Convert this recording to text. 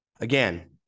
Again